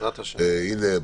הנה,